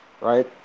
right